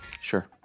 sure